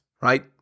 right